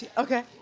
ah okay,